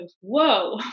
whoa